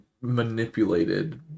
manipulated